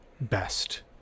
best